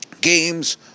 games